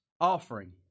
offering